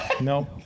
No